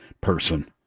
person